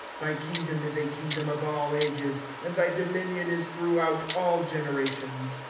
thy kingdom is a kingdom of all ages, and thy dominion is throughout all generations.